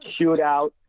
shootout